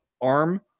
ARM